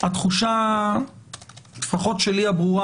התחושה שלי הברורה,